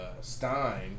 Stein